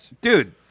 dude